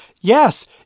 yes